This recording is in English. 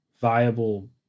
viable